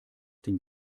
den